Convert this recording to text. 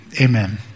amen